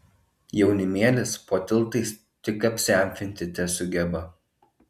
jaunimėlis po tiltais tik apsiamfinti tesugeba